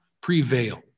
prevail